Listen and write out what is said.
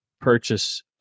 purchase